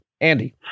Andy